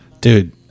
dude